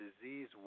disease